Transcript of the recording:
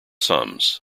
sums